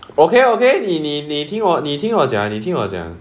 okay okay 你你你你你听我你听我讲你听我讲